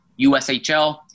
USHL